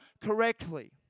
correctly